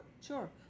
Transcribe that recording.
sure